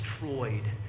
destroyed